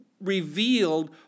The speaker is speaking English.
revealed